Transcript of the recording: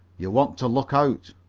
you want to look out.